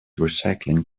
recycling